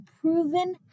proven